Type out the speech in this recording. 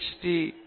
ஹ்ச்டீ Ph